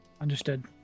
Understood